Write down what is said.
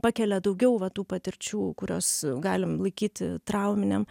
pakelia daugiau va tų patirčių kurios galim laikyti trauminėm